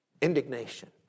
indignation